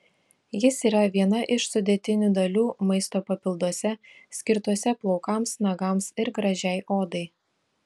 jis yra viena iš sudėtinių dalių maisto papilduose skirtuose plaukams nagams ir gražiai odai